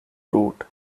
route